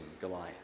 Goliath